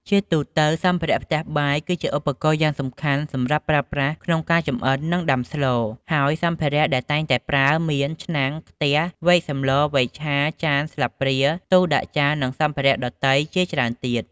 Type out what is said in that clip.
ជាទូទៅសម្ភារៈផ្ទះបាយ គឺជាឧបករណ៍យ៉ាងសំខាន់សម្រាប់ប្រើប្រាស់នៅក្នុងការចម្អិន និងដាំស្លរ ហើយសម្ភារៈដែលតែងតែប្រើមាន ឆ្នាំង ខ្ទះ វែកសម្ល វែកឆា ចាន ស្លាព្រា ទូរដាក់ចាន និងសម្ភារៈដទៃជាច្រើនទៀត។